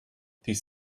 this